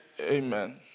Amen